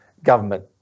government